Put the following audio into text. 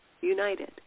united